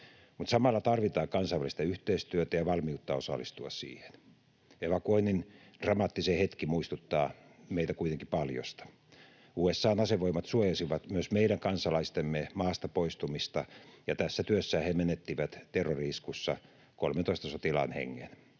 Mutta samalla tarvitaan kansainvälistä yhteistyötä ja valmiutta osallistua siihen. Evakuoinnin dramaattisin hetki muistuttaa meitä kuitenkin paljosta. USA:n asevoimat suojasivat myös meidän kansalaistemme maasta poistumista, ja tässä työssä he menettivät terrori-iskussa 13 sotilaan hengen.